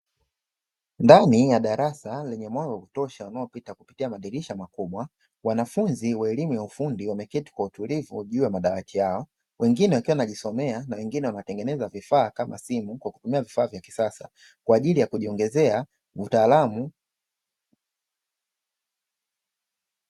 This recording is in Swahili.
Ndani ya darasa lenye mwanga wa kutosha unaopita kupitia madirisha makubwa, wanafunzi wa elimu ya ufundi wameketi kwa utulivu juu ya madawati yao, wengine wakiwa wanajisomea na wengine wanatengeneza vifaa kama simu kwa kutumia vifaa vya kisasa kwa ajili ya kujiongezea utaalamu.